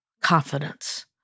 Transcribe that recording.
confidence